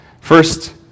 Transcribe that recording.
First